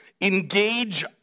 engage